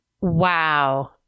Wow